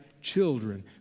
children